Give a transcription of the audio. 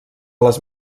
les